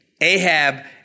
Ahab